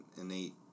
innate